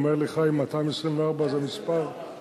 ואומר לי חיים ש-224 זה המספר המדויק,